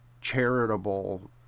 charitable